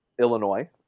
Illinois